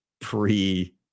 pre